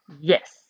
Yes